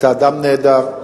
אתה אדם נהדר,